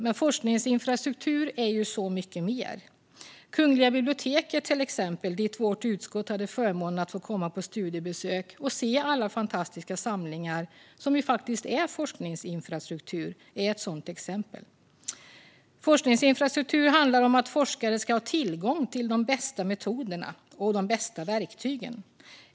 Men forskningsinfrastruktur är ju så mycket mer. Ett exempel är Kungliga biblioteket, dit vårt utskott hade förmånen att få komma på studiebesök och se alla fantastiska samlingar. Detta är just forskningsinfrastruktur. Forskningsinfrastruktur handlar om att forskare ska ha tillgång till de bästa metoderna och de bästa verktygen.